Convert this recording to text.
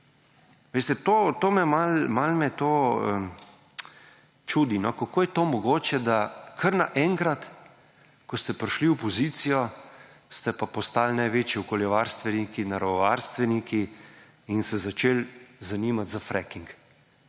malo me to čudi, kako je to mogoče, da kar na enkrat, ko ste prišli v opozicijo, ste pa postali največji okoljevarstveniki, naravovarstveniki in se začeli zanimati za fracking